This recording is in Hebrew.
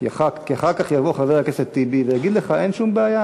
כי אחר כך יבוא חבר הכנסת טיבי ויגיד לך: אין שום בעיה,